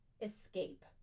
escape